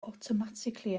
automatically